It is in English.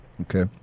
Okay